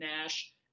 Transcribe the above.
Nash